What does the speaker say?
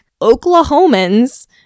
Oklahomans